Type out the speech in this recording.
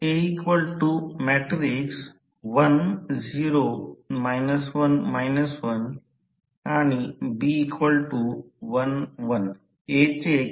आहेत म्हणजे आम्ही ट्रान्सफॉर्मर ची समकक्ष सर्किट पाहिली आहे आणि मी परत 1 सर्किट वर जात आहे